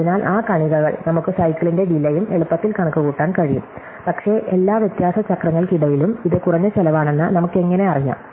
അതിനാൽ ആ കണികകൾ നമുക്ക് സൈക്കിളിന്റെ വിലയും എളുപ്പത്തിൽ കണക്കുകൂട്ടാൻ കഴിയും പക്ഷേ എല്ലാ വ്യത്യാസ ചക്രങ്ങൾക്കിടയിലും ഇത് കുറഞ്ഞ ചിലവാണെന്ന് നമുക്കെങ്ങനെ അറിയാം